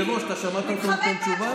היושב-ראש, שמעת אותו נותן תשובה?